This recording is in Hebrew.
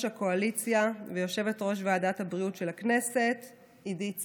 הקואליציה ויושבת-ראש ועדת הבריאות של הכנסת עידית סילמן.